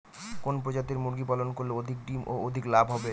কোন প্রজাতির মুরগি পালন করলে অধিক ডিম ও অধিক লাভ হবে?